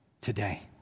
today